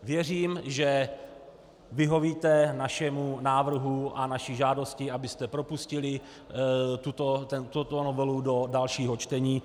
Věřím, že vyhovíte našemu návrhu a naší žádosti, abyste propustili tuto novelu do dalšího čtení.